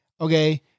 Okay